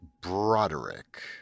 Broderick